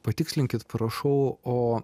patikslinkit prašau o